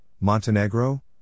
Montenegro